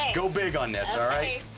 go big on this, all right?